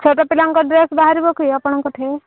ଛୋଟପିଲାଙ୍କ dress ବାହାରିବ କି ଆପଣଙ୍କ ଠେଇଁ